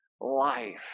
life